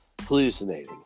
hallucinating